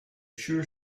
sure